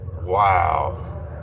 wow